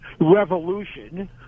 revolution